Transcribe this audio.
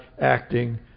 acting